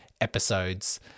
episodes